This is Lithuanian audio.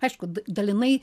aišku d dalinai